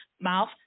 mouth